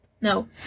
No